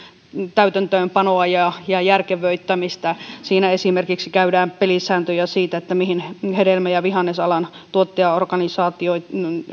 täytäntöönpanoa ja järkevöittämistä siinä esimerkiksi käydään pelisääntöjä siitä mihin hedelmä ja vihannesalan tuottajaorganisaatioiden